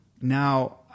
now